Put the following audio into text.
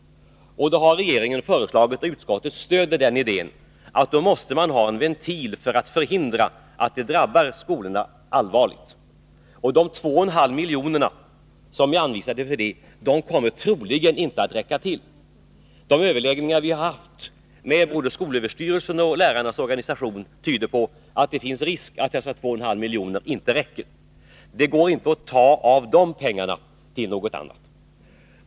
Därför har regeringen sagt, och utskottet stöder den idén, att man måste ha en ventil för att förhindra att skolorna allvarligt drabbas. De 2,5 milj.kr. som är anvisade kommer troligen inte att räcka till. De överläggningar som vi har haft med både skolöverstyrelsen och lärarnas organisation tyder på att det finns risk för att dessa 2,5 milj.kr. inte räcker. Det går inte att ta av de pengarna till något annat.